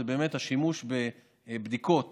זה השימוש בבדיקות